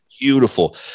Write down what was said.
Beautiful